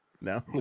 no